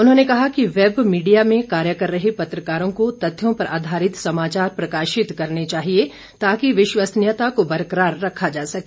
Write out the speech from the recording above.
उन्होंने कहा कि वेब मीडिया में कार्य कर रहे पत्रकारों को तथ्यों पर आधारित समाचार प्रकाशित करने चाहिए ताकि विश्वसनीयता को बरकरार रखा जा सके